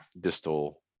distal